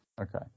Okay